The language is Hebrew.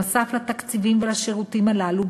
נוסף על התקציבים והשירותים הללו,